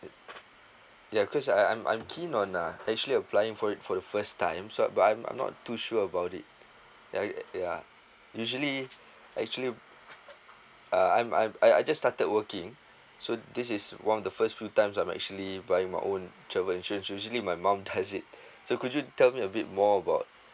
ya because I'm I'm keen on uh actually applying for it for the first time so I but I'm I'm not too sure about it yeah uh yeah usually actually uh I'm I I just started working so this is one of the first few times I'm actually buying my own travel insurance usually my mum does it so could you tell me a bit more about